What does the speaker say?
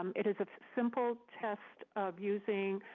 um it is a simple test of using